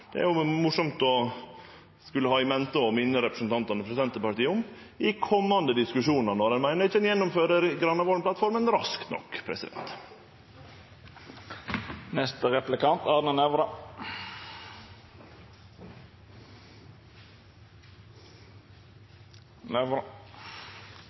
Det er jo morosamt å skulle ha i mente og minne representantane frå Senterpartiet om i komande diskusjonar – når ein meiner ein ikkje gjennomfører Granavolden-plattforma raskt nok.